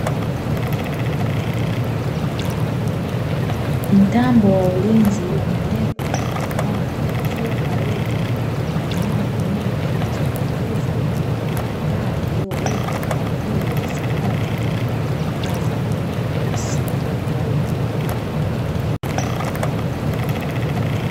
Mtambo wa ulinzi umewekwa imara, ukiwa karibu na nyaya nene zinazokatiza na taa iliyowekwa kwa ajili ya usalama na mwangaza wa usiku wa eneo hilo.